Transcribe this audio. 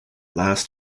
last